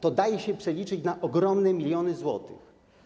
To daje się przeliczyć na ogromne miliony złotych.